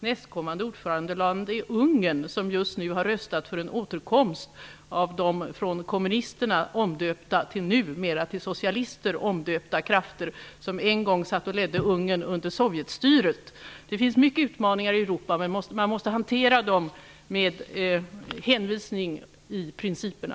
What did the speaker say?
Nästkommande ordförandeland är Ungern som just nu har röstat för en återkomst av de från kommunisterna nu till socialister omdöpta krafter som en gång ledde Ungern under Sovjetstyret. Det finns många utmaningar i Europa, men de måste hanteras med hänvisning till principerna.